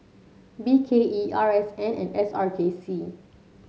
B K E R S N and S R J C